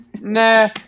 nah